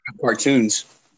cartoons